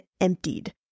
emptied